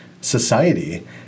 society